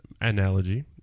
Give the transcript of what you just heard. analogy